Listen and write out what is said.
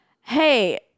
hey